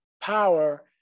power